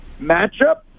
matchup